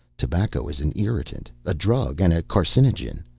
tobacco is an irritant, a drug and a carcinogen.